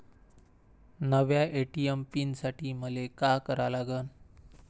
नव्या ATM PIN साठी मले का करा लागन?